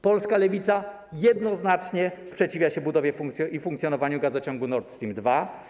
Polska Lewica jednoznacznie sprzeciwia się budowie i funkcjonowaniu gazociągu Nord Stream 2.